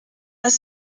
las